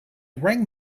rang